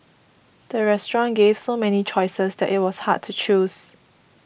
the restaurant gave so many choices that it was hard to choose